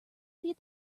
feed